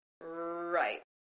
Right